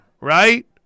right